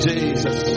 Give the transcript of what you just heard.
Jesus